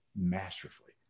masterfully